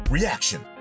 Reaction